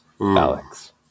Alex